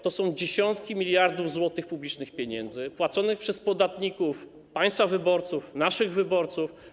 To są dziesiątki miliardów publicznych pieniędzy płaconych przez podatników, państwa wyborców, naszych wyborców.